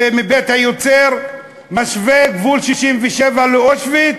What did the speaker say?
ומבית היוצר משווה את גבול 67' לאושוויץ,